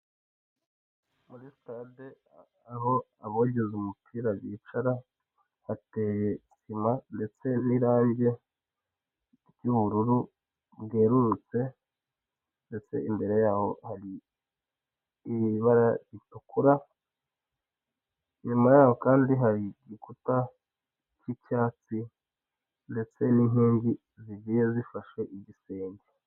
Muri sitade aho abogeza umupira bicara hateye sima ndetse n'irangi ry'ubururu bwerurutse ndetse imbere yaho haribara ritukura nyuma yaho kandi hari igikuta cyicyatsi ndetse n'kingi zigiye zifashe igisenge.